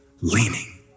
leaning